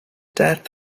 death